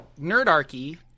Nerdarchy